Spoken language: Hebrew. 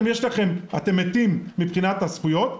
כי אתם מתים מבחינת הזכויות,